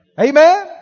Amen